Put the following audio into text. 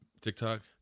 tiktok